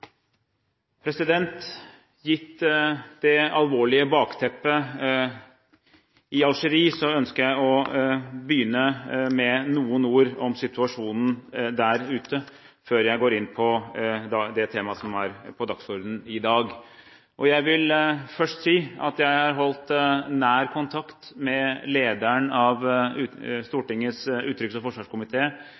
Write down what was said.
det alvorlige i Algerie som bakteppe ønsker jeg å begynne med noen ord om situasjonen der – før jeg går inn på det temaet som er på dagsordenen i dag. Jeg vil først si at jeg siden tidlig i går morges – gjennom hele dagen i går og i dag – har holdt nær kontakt med lederen av Stortingets utenriks- og